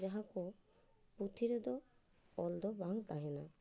ᱡᱟᱦᱟᱸᱠᱚ ᱯᱩᱛᱷᱤ ᱨᱮᱫᱚ ᱚᱞᱫᱚ ᱵᱟᱝ ᱛᱟᱦᱮᱱᱟ